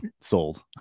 sold